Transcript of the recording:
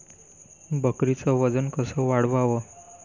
बकरीचं वजन कस वाढवाव?